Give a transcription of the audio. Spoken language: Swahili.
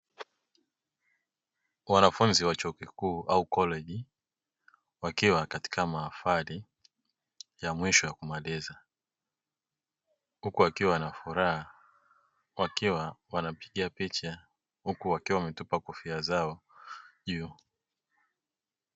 Wanafunzi wa chuo kikuu au koleji wakiwa katika mahafali ya kumaliza wakiwa na furaha